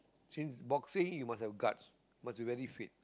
since boxing you must have guts must be very fit